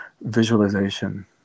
visualization